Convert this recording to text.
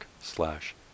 slash